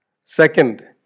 Second